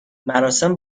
مراسم